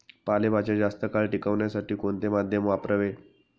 पालेभाज्या जास्त काळ टिकवण्यासाठी कोणते माध्यम वापरावे?